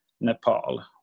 Nepal